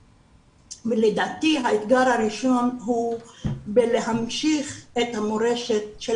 לדעתי האתגר הראשון הוא בלהמשיך את המורשת של